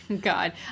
God